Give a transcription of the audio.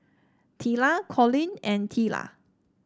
Teela Collin and Teela